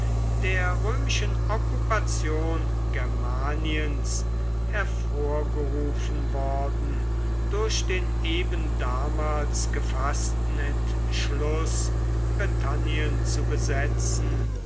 der römischen okkupation germaniens hervorgerufen worden durch den eben damals gefaßten entschluß britannien zu besetzen